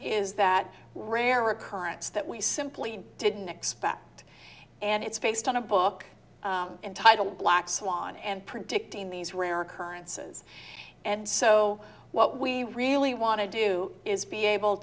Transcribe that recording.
is that rare occurrence that we simply didn't expect and it's based on a book entitled black swan and predicting these rare occurrences and so what we really want to do is be able